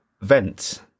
Vent